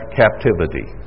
captivity